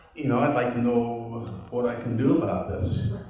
you know i'd like to know what i can do about this.